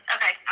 Okay